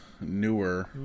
newer